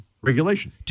regulation